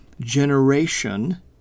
generation